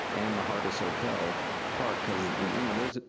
and the heart of soquel park, because you know, those,